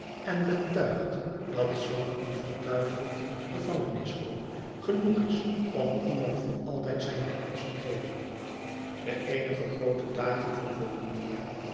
en betuigt dat zulk een verduiveld gevangenishol genoeg is om iemand voor altijd zijn bekomst te geven de eenige groote dagen voor volumnia